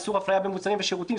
איסור אפליה במוצרים ושירותים.